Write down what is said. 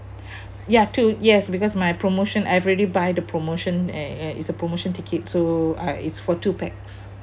ya two yes because my promotion I've already buy the promotion eh eh is a promotion ticket so uh it's for two pax